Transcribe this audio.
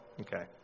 Okay